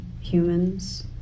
humans